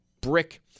brick